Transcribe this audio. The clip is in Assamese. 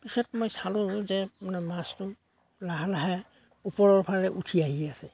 পিছত মই চালোঁ যে মানে মাছটো লাহে লাহে ওপৰৰ ফালে উঠি আহি আছে